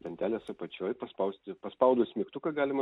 lentelės apačioj paspausti paspaudus mygtuką galima